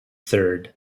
third